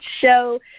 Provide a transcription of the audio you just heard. show